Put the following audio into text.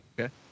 Okay